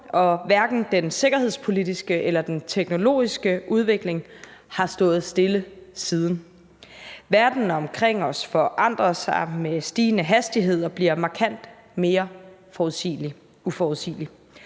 og hverken den sikkerhedspolitiske eller den teknologiske udvikling har stået stille siden. Verden omkring os forandrer sig med stigende hastighed og bliver markant mere uforudsigelig.